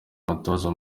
mutoza